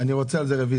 אני רוצה על זה רביזיה.